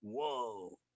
Whoa